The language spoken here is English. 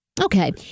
Okay